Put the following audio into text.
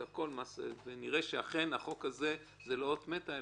הכול ונראה שאכן החוק הזה אינו אות מתה ,